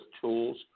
tools